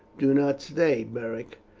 do not stay, beric,